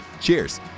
Cheers